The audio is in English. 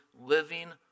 living